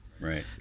Right